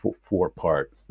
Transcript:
four-part